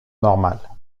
normale